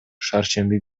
шаршемби